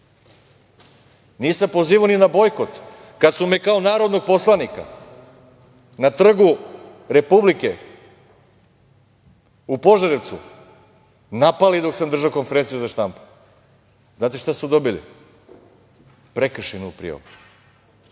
Nisam pozivao ni na bojkot kad su me kao narodnog poslanika na Trgu Republike u Požarevcu napali dok sam držao konferenciju za štampu. Znate šta su dobili? Prekršajnu prijavu,